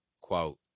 Quote